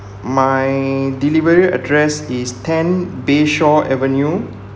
my delivery address is ten bayshore avenue